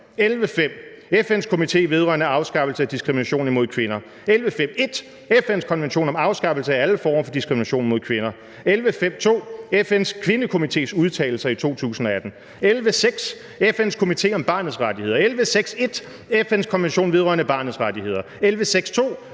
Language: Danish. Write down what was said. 11.5: FN's Komité vedrørende afskaffelse af diskrimination imod kvinder. 11.5.1: FN's konvention om afskaffelse af alle former for diskrimination mod kvinder. 11.5.2: FN’s Kvindekomités udtalelser i 2018 i sager mod Danmark. 11.6: FN’s komité om barnets rettigheder. 11.6.1: FN’s konvention vedrørende barnets rettigheder. 11.6.2: